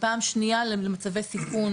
ופעם שנייה למצבי סיכון,